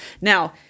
Now